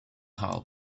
house